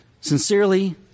sincerely